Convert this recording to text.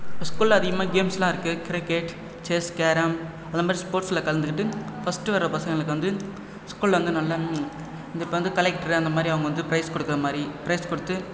ஸ்கூல்ல அதிகமா கேம்ஸ்லா இருக்கு கிரிக்கெட் செஸ் கேரம் அந்தமாரி ஸ்போர்ட்ஸ்ல கலந்துக்கிட்டு ஃபஸ்ட்டு வர பசங்களுக்கு வந்து ஸ்கூல்ல வந்து நல்லா இந்த இப்ப வந்து கலெக்ட்டர் அந்தமாரி அவுங்க வந்து பிரைஸ் குடுக்கறமாரி பிரைஸ் குடுத்து